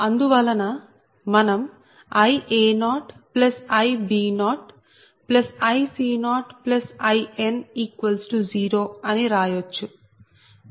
అందువలన మనం Ia0Ib0Ic0In0 అని రాయచ్చు